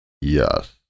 Yes